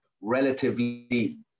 relatively